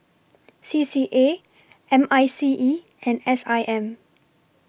C C A M I C E and S I M